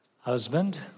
husband